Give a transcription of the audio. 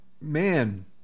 Man